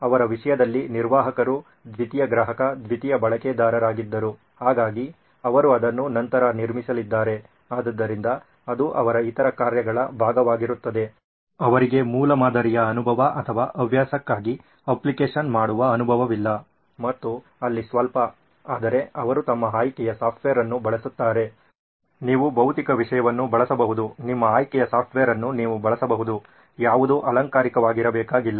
ಆದ್ದರಿಂದ ಅವರ ವಿಷಯದಲ್ಲಿ ನಿರ್ವಾಹಕರು ದ್ವಿತೀಯ ಗ್ರಾಹಕ ದ್ವಿತೀಯ ಬಳಕೆದಾರರಾಗಿದ್ದರು ಹಾಗಾಗಿ ಅವರು ಅದನ್ನು ನಂತರ ನಿರ್ಮಿಸಲಿದ್ದಾರೆ ಆದ್ದರಿಂದ ಅದು ಅವರ ಇತರ ಕಾರ್ಯಗಳ ಭಾಗವಾಗಿರುತ್ತದೆ ಅವರಿಗೆ ಮೂಲಮಾದರಿಯ ಅನುಭವ ಅಥವಾ ಹವ್ಯಾಸಕ್ಕಾಗಿ ಅಪ್ಲಿಕೇಶನ್ ಮಾಡುವ ಅನುಭವವಿಲ್ಲ ಮತ್ತು ಅಲ್ಲಿ ಸ್ವಲ್ಪ ಆದರೆ ಅವರು ತಮ್ಮ ಆಯ್ಕೆಯ ಸಾಫ್ಟ್ವೇರ್ ಅನ್ನು ಬಳಸುತ್ತಾರೆ ನೀವು ಭೌತಿಕ ವಿಷಯವನ್ನು ಬಳಸಬಹುದು ನಿಮ್ಮ ಆಯ್ಕೆಯ ಸಾಫ್ಟ್ವೇರ್ ಅನ್ನು ನೀವು ಬಳಸಬಹುದು ಯಾವುದೂ ಅಲಂಕಾರಿಕವಾಗಿರಬೇಕಾಗಿಲ್ಲ